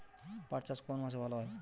পাট চাষ কোন মাসে ভালো হয়?